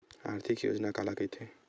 आर्थिक योजना काला कइथे?